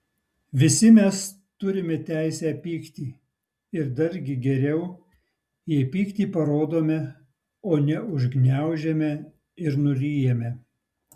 visi mes turime teisę pykti ir dargi geriau jei pyktį parodome o ne užgniaužiame ir nuryjame